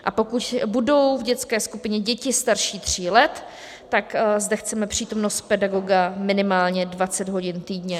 A pokud budou v dětské skupině děti starší tří let, tak zde chceme přítomnost pedagoga minimálně 20 hodin týdně.